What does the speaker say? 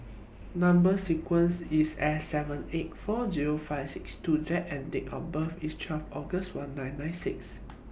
Number sequence IS S seven eight four Zero five six two Z and Date of birth IS twelve August one nine nine six